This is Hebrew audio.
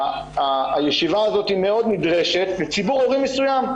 הישיבה הזאת מאוד נדרשת לציבור הורים מסוים,